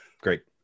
great